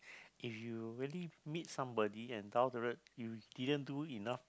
if your really meet somebody and down the rate you didn't do enough